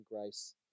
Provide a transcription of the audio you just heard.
grace